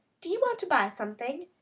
do you want to buy something?